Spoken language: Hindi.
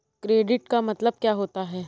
क्रेडिट का मतलब क्या होता है?